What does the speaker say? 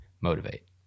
motivate